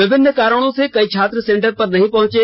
विभिन्न कारणों से कई छात्र सेंटर नहीं पहंचे